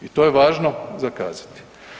I to je važno za kazati.